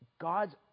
God's